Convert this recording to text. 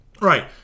Right